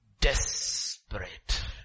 desperate